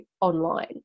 online